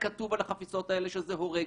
כתוב על החפיסות האלה שזה הורג,